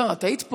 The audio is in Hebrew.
לא, את פה.